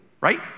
right